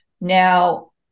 now